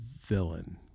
villain